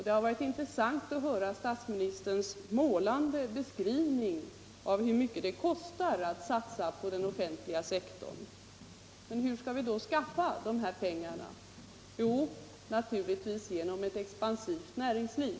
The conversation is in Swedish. Det har varit intressant att höra statsministerns målande beskrivning av hur mycket det kostar att satsa på den offentliga sektorn. Men hur skall vi då skaffa de här pengarna? Jo, naturligtvis genom ett expansivt näringsliv.